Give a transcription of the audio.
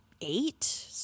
eight